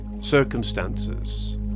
circumstances